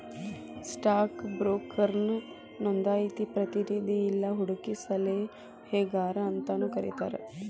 stock ಬ್ರೋಕರ್ನ ನೋಂದಾಯಿತ ಪ್ರತಿನಿಧಿ ಇಲ್ಲಾ ಹೂಡಕಿ ಸಲಹೆಗಾರ ಅಂತಾನೂ ಕರಿತಾರ